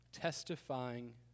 testifying